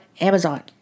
Amazon